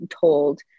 told